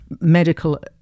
medical